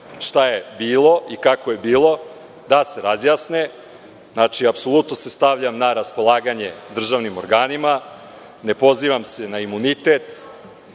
šta je bilo i kako je bilo, da se razjasne. Apsolutno se stavljam na raspolaganje državnim organima. Ne pozivam se na imunitet